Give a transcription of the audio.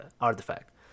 artifact